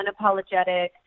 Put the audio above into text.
unapologetic